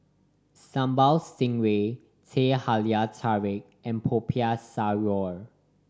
Sambal Stingray Teh Halia Tarik and Popiah Sayur